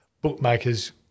bookmakers